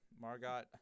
Margot